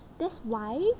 that's why